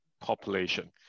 population